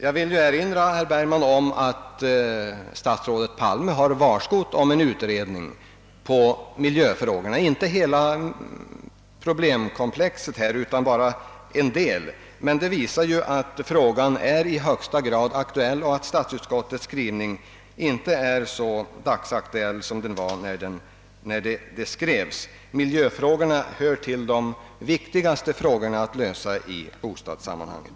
Jag vill erinra herr Bergman om att statsrådet Palme har varslat om en utredning av miljöfrågorna — visserligen inte av hela problemkomplexet men i varje fall en del därav. Utskottets skrivning och negativism hoppas jag mot denna bakgrund inte är så aktuell nu som när utlåtandet skrevs. Miljöfrågorna hör till de viktigaste i bostadssammanhanget.